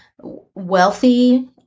wealthy